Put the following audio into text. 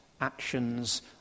actions